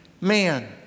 Man